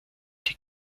die